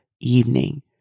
evening